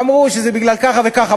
אמרו שזה בגלל ככה וככה.